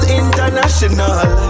international